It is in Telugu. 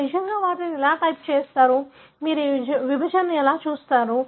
మీరు నిజంగా వాటిని ఎలా టైప్ చేస్తారు మీరు ఈ విభజనను ఎలా చూస్తారు